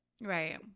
Right